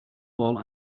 wall